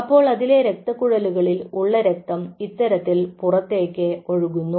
അപ്പോൾ അതിലെ രക്തക്കുഴലുകളിൽ ഉള്ള രക്തം ഇത്തരത്തിൽ പുറത്തേക്ക് ഒഴുകുന്നു